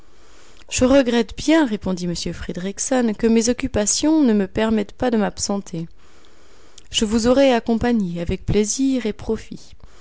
je regrette bien répondit m fridriksson que mes occupations ne me permettent pas de m'absenter je vous aurais accompagné avec plaisir et profit